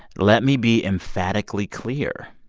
let me be emphatically clear.